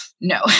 no